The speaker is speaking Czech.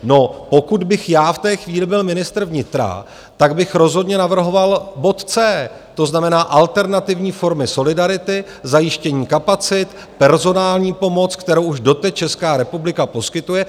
No, pokud bych já v té chvíli byl ministr vnitra, tak bych rozhodně navrhoval bod C, to znamená alternativní formy solidarity, zajištění kapacit, personální pomoc, kterou už doteď Česká republika poskytuje.